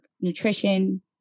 nutrition